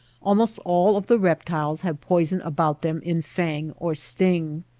almost all of the reptiles have poison about them in fang or sting.